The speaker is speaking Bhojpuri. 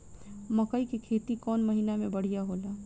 मकई के खेती कौन महीना में बढ़िया होला?